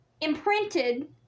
imprinted